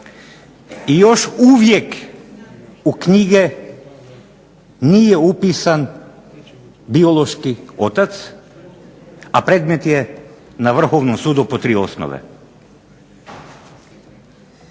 i još uvijek u knjige nije upisan biološki otac, a predmet je na Vrhovnom sudu po tri osnove.